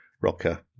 rocker